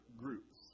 groups